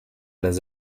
las